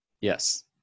Yes